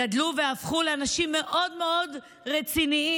שגדלו והפכו לאנשים מאוד מאוד רציניים,